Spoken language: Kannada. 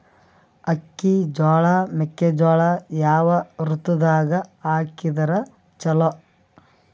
ಅಕ್ಕಿ, ಜೊಳ, ಮೆಕ್ಕಿಜೋಳ ಯಾವ ಋತುದಾಗ ಹಾಕಿದರ ಚಲೋ?